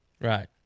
Right